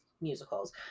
musicals